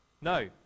No